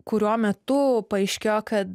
kurio metu paaiškėjo kad